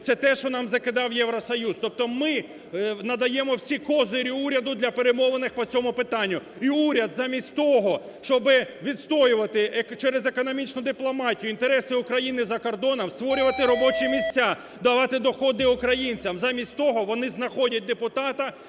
це те, що нам закидав Євросоюз. Тобто ми надаємо всі козирі уряду для перемовинах по цьому питанню. І уряд замість того, щоби відстоювати через економічну дипломатію інтереси України за кордоном, створювати робочі місця, давати доходи українцям, замість того вони знаходять депутата,